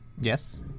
yes